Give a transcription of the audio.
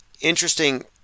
Interesting